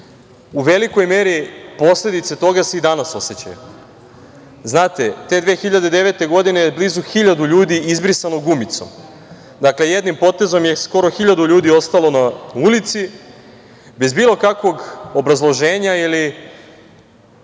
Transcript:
u velikoj meri posledice toga se i danas osećaju. Znate, te 2009. godine je blizu 1.000 ljudi izbrisalo gumicom. Dakle, jednim potezom je skoro 1.000 ljudi ostalo na ulici, bez bilo kakvog obrazloženja ili,